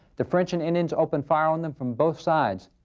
the french and indians opened fire on them from both sides.